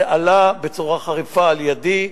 זה הועלה בצורה חריפה על-ידי,